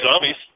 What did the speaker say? zombies